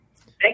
Thank